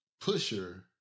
pusher